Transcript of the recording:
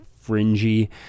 fringy